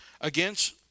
against